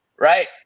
right